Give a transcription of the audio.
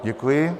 Děkuji.